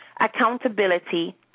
accountability